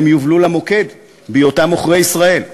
הם יובלו למוקד בהיותם עוכרי ישראל.